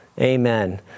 Amen